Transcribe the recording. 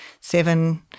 seven